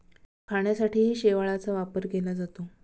खाण्यासाठीही शेवाळाचा वापर केला जातो